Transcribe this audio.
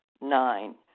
Nine